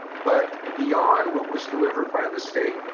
but, beyond what was delivered by the state,